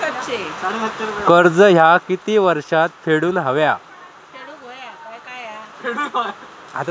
कर्ज ह्या किती वर्षात फेडून हव्या?